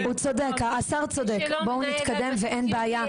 השר צודק, בואו נתקדם ואין בעיה.